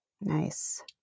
nice